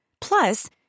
Plus